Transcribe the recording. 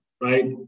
right